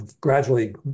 gradually